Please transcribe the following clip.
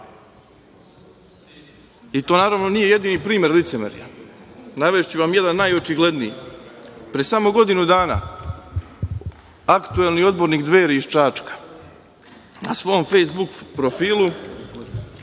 i to naravno nije jedini primer licemerja. Navešću vam jedan najočigledniji. Pre samo godinu dana aktuelni odbornik Dveri iz Čačka na svom Fejsbuk profilu